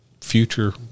future